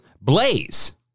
Blaze